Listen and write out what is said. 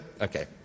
Okay